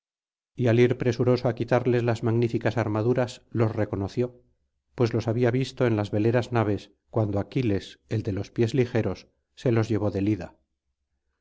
y al ir presuroso á quitarles las magníficas armaduras los reconoció pues los había visto en las veleras naves cuando aquiles el de los pies ligeros se los llevó del ida